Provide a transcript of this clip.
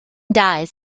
dies